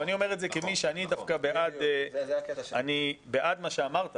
אני אומר כמי שדווקא בעד מה שאמרת,